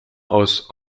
aus